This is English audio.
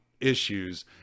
issues